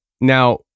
now